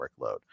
workload